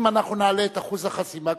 אם אנחנו נעלה את אחוז החסימה,